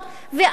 וגם אז